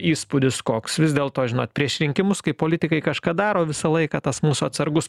įspūdis koks vis dėlto žinot prieš rinkimus kai politikai kažką daro visą laiką tas mūsų atsargus